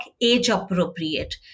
age-appropriate